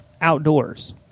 outdoors